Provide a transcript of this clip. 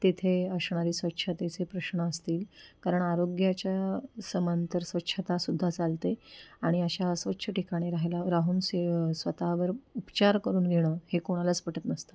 तिथे असणारे स्वच्छतेचे प्रश्न असतील कारण आरोग्याच्या समांतर स्वच्छतासुद्धा चालते आणि अशा अस्वच्छ ठिकाणी राहायला राहून से स्वतःवर उपचार करून घेणं हे कोणालाच पटत नसतं